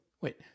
Wait